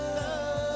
love